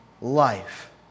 life